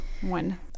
one